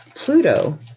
Pluto